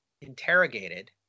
interrogated